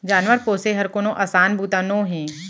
जानवर पोसे हर कोनो असान बूता नोहे